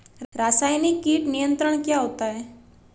रसायनिक कीट नियंत्रण क्या होता है?